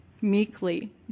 meekly